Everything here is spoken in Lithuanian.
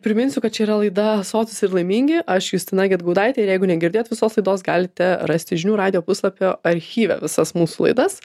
priminsiu kad čia yra laida sotūs ir laimingi aš justina gedgaudaitė ir jeigu negirdėjot visos laidos galite rasti žinių radijo puslapio archyve visas mūsų laidas